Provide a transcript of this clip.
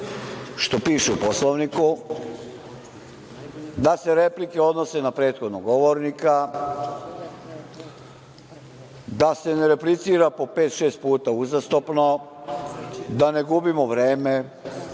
što piše u Poslovniku, da se replike odnose na prethodnog govornika, da se ne replicira po pet, šest puta uzastopno, da ne gubimo vreme,